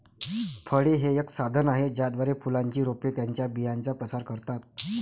फळे हे एक साधन आहे ज्याद्वारे फुलांची रोपे त्यांच्या बियांचा प्रसार करतात